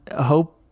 hope